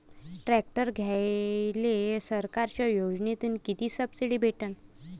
Tractor घ्यायले सरकारच्या योजनेतून किती सबसिडी भेटन?